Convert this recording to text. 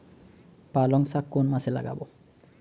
পালংশাক কোন মাসে লাগাব?